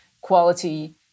quality